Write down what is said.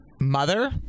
mother